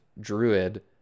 druid